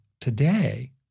today